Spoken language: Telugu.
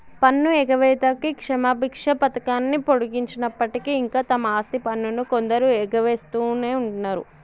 పన్ను ఎగవేతకి క్షమబిచ్చ పథకాన్ని పొడిగించినప్పటికీ ఇంకా తమ ఆస్తి పన్నును కొందరు ఎగవేస్తునే ఉన్నరు